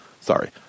Sorry